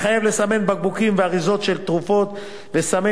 מחייב לסמן בקבוקים ואריזות של תרופות וסמי